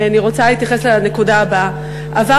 אני רוצה להתייחס לנקודה הבאה: עברו